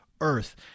earth